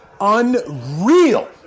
unreal